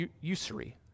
usury